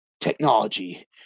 technology